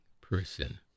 person